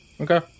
Okay